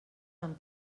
amb